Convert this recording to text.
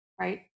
right